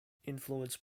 influenced